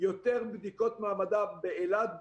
יותר בדיקות מעבדה באילת,